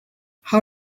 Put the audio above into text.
how